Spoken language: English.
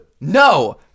no